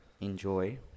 enjoy